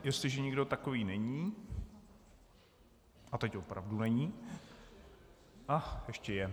Jestliže nikdo takový není, a teď opravdu není a, ještě je.